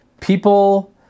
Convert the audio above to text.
people